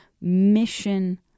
mission